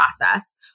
process